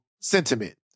sentiment